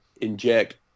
inject